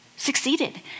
Succeeded